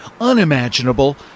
unimaginable